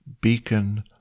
beacon